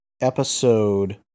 episode